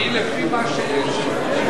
אני לפי מה שאלקין,